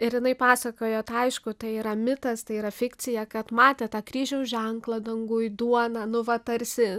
ir jinai pasakojo aišku tai yra mitas tai yra fikcija kad matė tą kryžiaus ženklą danguj duona nu va tarsi